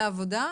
לעבודה,